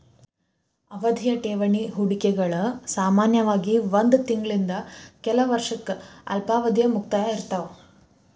ಅವಧಿಯ ಠೇವಣಿ ಹೂಡಿಕೆಗಳು ಸಾಮಾನ್ಯವಾಗಿ ಒಂದ್ ತಿಂಗಳಿಂದ ಕೆಲ ವರ್ಷಕ್ಕ ಅಲ್ಪಾವಧಿಯ ಮುಕ್ತಾಯ ಇರ್ತಾವ